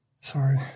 Sorry